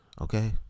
Okay